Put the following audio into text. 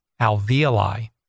alveoli